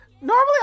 normally